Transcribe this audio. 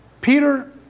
Peter